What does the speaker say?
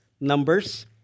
Numbers